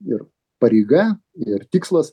ir pareiga ir tikslas